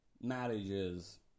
marriages